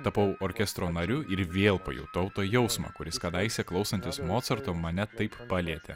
tapau orkestro nariu ir vėl pajutau tą jausmą kuris kadaise klausantis mocarto mane taip palietė